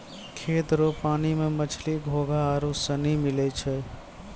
खेत रो पानी मे मछली, घोंघा आरु सनी मिलै छै